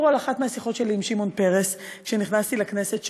על אחת מהשיחות שלי עם שמעון פרס כשנכנסתי לכנסת,